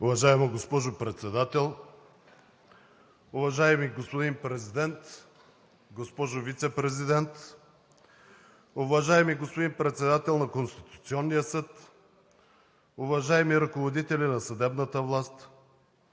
Уважаема госпожо Председател, уважаеми господин Президент, госпожо Вицепрезидент, уважаеми господин Председател на Конституционния съд, уважаеми ръководители на съдебната власт,